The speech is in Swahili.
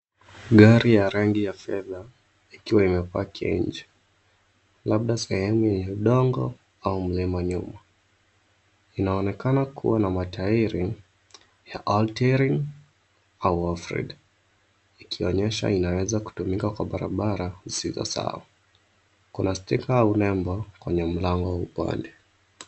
Gari ya rangi ya fedha ikiwa imepaki nje, labda sehemu yenye udongo au mlima nyuma. Inaonekana kuwa na matairi ya altirim au alfrid ikionyesha inaweza kutumika kwa barabara zisizosawa. Kuna stika au nembo kwenye mlango wa upande.